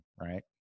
right